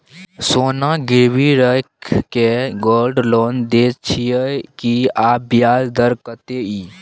सोना गिरवी रैख के गोल्ड लोन दै छियै की, आ ब्याज दर कत्ते इ?